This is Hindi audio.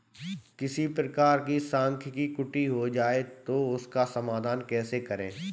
किसी प्रकार से सांख्यिकी त्रुटि हो जाए तो उसका समाधान कैसे करें?